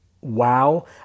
Wow